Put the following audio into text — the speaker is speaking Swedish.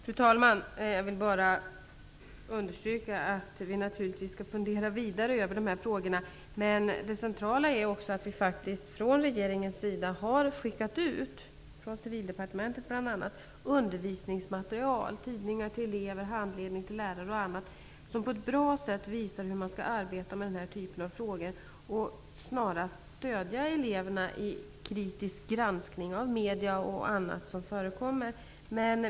Fru talman! Jag vill bara understryka att vi naturligtvis skall fundera vidare på de här frågorna. Det centrala är att vi från regeringens sida, bl.a. från Civildepartementet, har skickat ut undervisningsmaterial, som tidningar till elever och handledning till lärare, som på ett bra sätt visar hur man skall arbeta med den här typen av frågor och snarast stödja eleverna i kritisk granskning av media och annat.